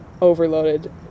overloaded